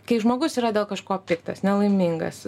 kai žmogus yra dėl kažko piktas nelaimingas